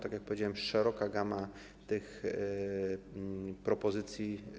Tak jak powiedziałem, jest szeroka gama tych propozycji.